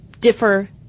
differ